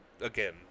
again